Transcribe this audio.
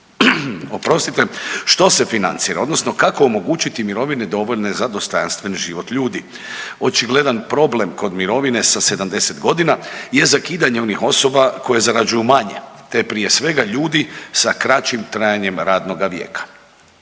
oprostite, što se financira odnosno kako omogućiti mirovine dovoljne za dostojanstven život ljudi. Očigledan problem kod mirovine sa 70.g. je zakidanje onih osoba koje zarađuju manje, te prije svega ljudi sa kraćim trajanjem radnoga vijeka.